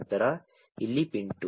ನಂತರ ಇಲ್ಲಿ ಪಿನ್ 2